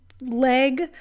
leg